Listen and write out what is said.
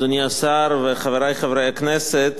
אדוני השר וחברי חברי הכנסת,